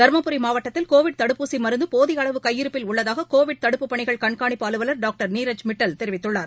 தருமபுரி மாவட்டத்தில் கோவிட் தடுப்பூசி மருந்து போதிய அளவு கையிருப்பில் உள்ளதாக கோவிட் தடுப்புப் பணிகள் கண்காணிப்பு அலுவலர் டாக்டர் நீரஜ் மிட்டல் தெரிவித்துள்ளார்